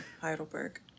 Heidelberg